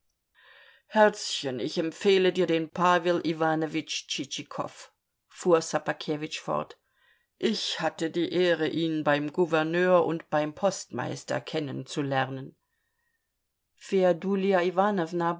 herzchen ich empfehle dir den pawel iwanowitsch tschitschikow fuhr ssobakewitsch fort ich hatte die ehre ihn beim gouverneur und beim postmeister kennenzulernen